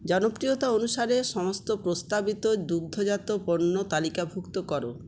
জনপ্রিয়তা অনুসারে সমস্ত প্রস্তাবিত দুগ্ধজাত পণ্য তালিকাভুক্ত করো